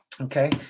Okay